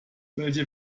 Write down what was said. welche